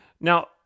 Now